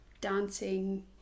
dancing